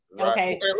Okay